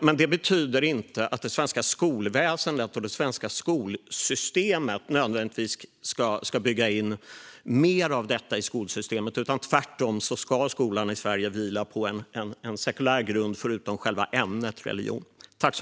Men det betyder inte att det svenska skolväsendet och det svenska skolsystemet nödvändigtvis ska bygga in mer av detta. Skolan i Sverige ska tvärtom vila på en sekulär grund - förutom att själva ämnet religion finns.